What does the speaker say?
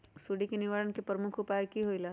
सुडी के निवारण के प्रमुख उपाय कि होइला?